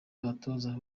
abatoza